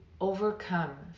overcome